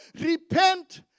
repent